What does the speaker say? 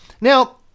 Now